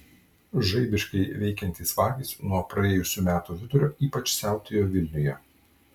žaibiškai veikiantys vagys nuo praėjusių metų vidurio ypač siautėjo vilniuje